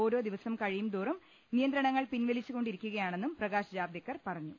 ഓരോ ദിവസം കഴിയുംതോറും നിയന്ത്രണങ്ങൾ പിൻവലിച്ചുകൊ ണ്ടിരിക്കുകയാണെന്നും പ്രകാശ് ജാവ്ദേക്കർ പറഞ്ഞു